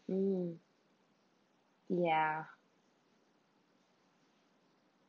mm ya